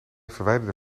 verwijderde